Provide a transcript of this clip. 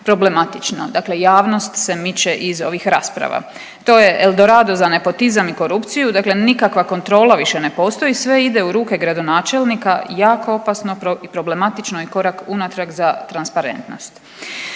problematično, dakle javnost se miče iz ovih rasprava. To je El Dorado za nepotizam i korupciju, dakle nikakva kontrola više ne postoji sve ide u ruke gradonačelnika jako opasno problematično i korak unatrag za transparentnost.